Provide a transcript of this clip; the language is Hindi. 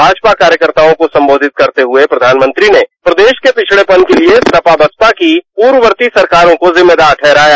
भाजपा कार्यकर्ताओं को संबोधित करते हुए प्रधानमंत्री ने प्रदेश के पिछड़ेपन के लिए सपा बसपा की पूर्ववर्ती सरकारों को जिम्मेदार ठहराया